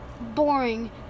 boring